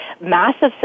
massive